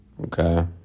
Okay